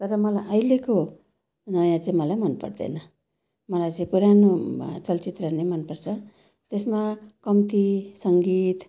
र मलाई अहिलेको नयाँ चाहिँ मलाई मन पर्दैन मलाई चाहिँ पुरानो चलचित्र नै मनपर्छ त्यस्मा कम्ती सङ्गीत